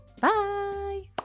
Bye